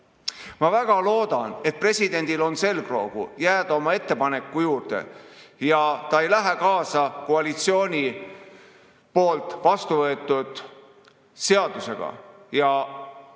Ma väga loodan, et presidendil on selgroogu jääda oma ettepaneku juurde ja ta ei lähe kaasa koalitsiooni häälte abil vastu võetud seadusega ja